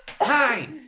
Hi